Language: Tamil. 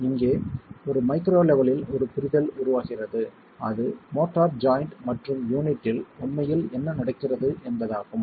இங்கே ஒரு மைக்ரோ லெவெலில் ஒரு புரிதல் உருவாகிறது அது மோர்ட்டார் ஜாய்ண்ட் மற்றும் யூனிட்டில் உண்மையில் என்ன நடக்கிறது என்பதாகும்